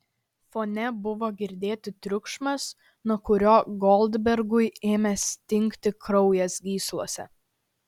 fone buvo girdėti triukšmas nuo kurio goldbergui ėmė stingti kraujas gyslose